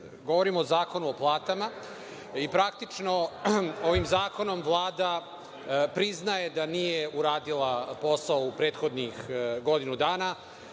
govorim o Zakonu o platama. Praktično, ovim zakonom Vlada priznaje da nije uradila posao u prethodnih godinu dana